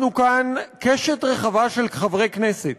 אנחנו כאן קשת רחבה של חברי כנסת